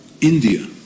India